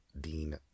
Dean